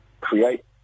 create